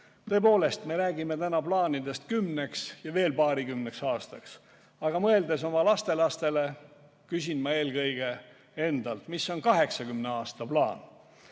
Tõepoolest, me räägime täna plaanidest kümneks ja veel paarikümneks aastaks. Aga mõeldes oma lastelastele, küsin ma eelkõige endalt: mis on 80 aasta plaan? Head